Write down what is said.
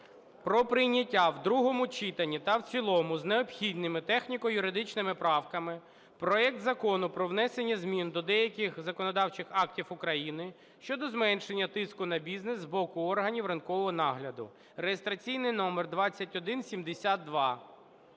про прийняття в другому читанні та в цілому з необхідними техніко-юридичними правками проект Закону про внесення змін до деяких законодавчих актів України щодо зменшення тиску на бізнес з боку органів ринкового нагляду (реєстраційний номер 2172).